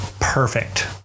Perfect